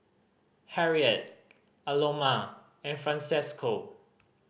Harriet Aloma and Francesco